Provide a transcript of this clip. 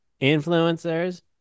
influencers